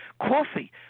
Coffee